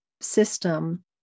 system